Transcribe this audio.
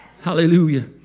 hallelujah